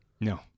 No